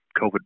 COVID